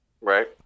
Right